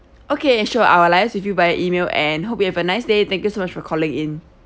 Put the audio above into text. okay sure I will liaise with you by email and hope you have a nice day thank you so much for calling in